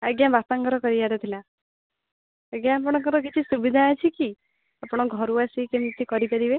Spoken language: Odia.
ଆଜ୍ଞା ବାପାଙ୍କର କରିବାର ଥିଲା ଆଜ୍ଞା ଆପଣଙ୍କର କିଛି ସୁବିଧା ଅଛି କି ଆପଣ ଘରୁ ଆସି କେମିତି କରିପାରିବେ